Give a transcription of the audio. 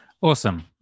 awesome